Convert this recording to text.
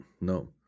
No